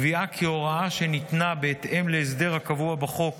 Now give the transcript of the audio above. קביעה כי הוראה שניתנת בהתאם להסדר הקבוע בחוק